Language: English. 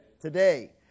Today